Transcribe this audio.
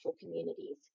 communities